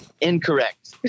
incorrect